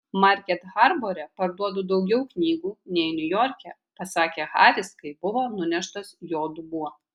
market harbore parduodu daugiau knygų nei niujorke pasakė haris kai buvo nuneštas jo dubuo